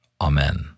Amen